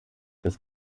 das